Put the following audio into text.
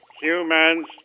Humans